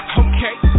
okay